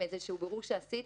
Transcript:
מבירור שעשיתי,